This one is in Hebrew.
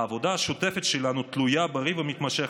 העבודה השוטפת שלנו תלויה בריב המתמשך